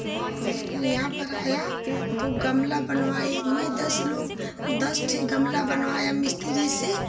जब नया घर आया तो गमला बनवाए मैं दस लोग दस ठो गमला बनवाया मिस्त्री से